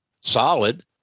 solid